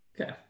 Okay